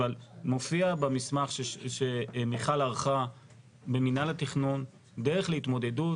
אבל מופיע במסמך שמיכל ערכה במינהל התכנון דרך להתמודדות